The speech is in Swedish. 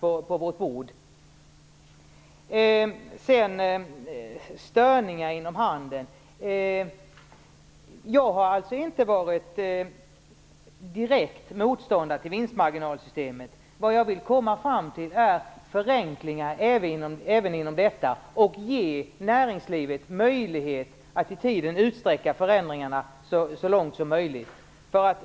Vad sedan beträffar störningar inom handeln har jag inte varit direkt motståndare till vinstmarginalssystemet. Vad jag vill komma fram till är förenklingar även inom detta och att ge näringslivet möjlighet att utsträcka förändringarna så långt som möjligt i tiden.